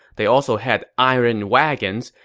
they also had iron wagons,